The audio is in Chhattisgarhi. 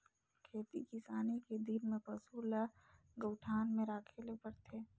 खेती किसानी के दिन में पसू ल गऊठान में राखे ले परथे